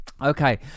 Okay